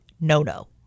no-no